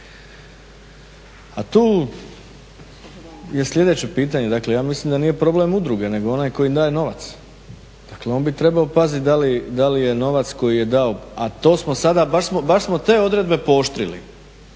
tu je sljedeće pitanje, dakle ja mislim da nije problem udruge nego onaj tko im daje novac. Dakle, on bi trebao paziti da li je novac koji je dao, a to smo sada baš smo te odredbe pooštrili.